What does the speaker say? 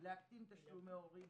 להקטין תשלומי הורים,